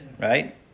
right